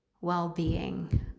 well-being